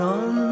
on